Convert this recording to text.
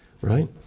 Right